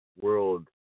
world